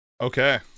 okay